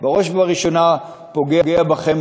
ובראש ובראשונה פוגע בכם,